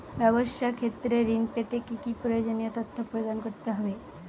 ব্যাবসা ক্ষেত্রে ঋণ পেতে কি কি প্রয়োজনীয় তথ্য প্রদান করতে হবে?